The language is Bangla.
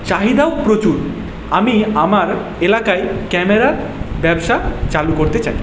চাহিদাও প্রচুর আমি আমার এলাকায় ক্যামেরার ব্যবসা চালু করতে চাই